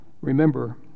Remember